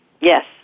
Yes